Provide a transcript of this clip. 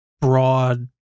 broad